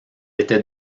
était